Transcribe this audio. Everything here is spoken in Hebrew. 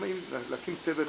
להקים צוות